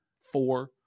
four